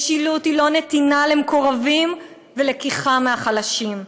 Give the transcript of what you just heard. משילות היא לא נתינה למקורבים ולקיחה מהחלשים,